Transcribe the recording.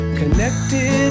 connected